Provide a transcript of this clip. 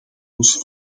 ons